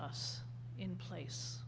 us in place